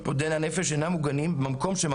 מתמודדי הנפש אינם מוגנים במקום שהם